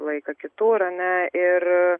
laiką kitur a ne ir